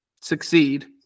succeed